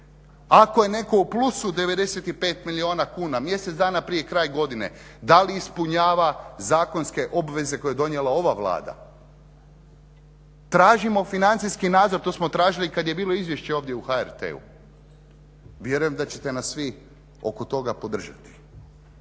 Ako je netko u plusu 95 milijuna kuna mjesec dana prije kraja godine, da li ispunjava zakonske obveze koje je donijela ova Vlada? Tražimo financijski nadzor, to smo i tražili kada je bilo i izvješće ovdje u HRT-u. Vjerujem da ćete nas svi oko toga podržati.